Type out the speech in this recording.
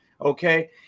Okay